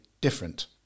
different